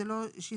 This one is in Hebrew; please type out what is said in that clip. זה לא שינוי